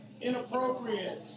inappropriate